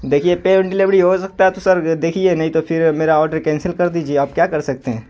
دیکھے pay on delivery ہو سکتا ہے تو سر دیکھیے نہیں تو پھر میرا آڈر کینسل کر دیجیے اب کیا کر سکتے ہیں